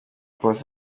paccy